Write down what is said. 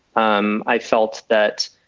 um i felt that.